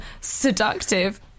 seductive